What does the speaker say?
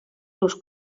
rius